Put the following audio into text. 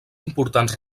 importants